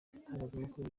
itangazamakuru